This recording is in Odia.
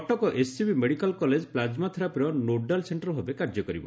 Cuttack SCB medical college plasma ଥେରାପିର ନୋଡାଲ୍ ସେଖର ଭାବେ କାର୍ଯ୍ୟ କରିବ